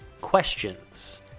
questions